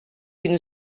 une